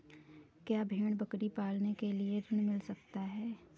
क्या भेड़ बकरी पालने के लिए ऋण मिल सकता है?